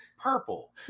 purple